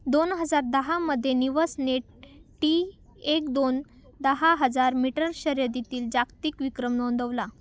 दोन हजार दहामध्ये निवसने टी एक दोन दहा हजार मीटर शर्यतीतील जागतिक विक्रम नोंदवला